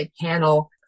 panel